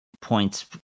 Points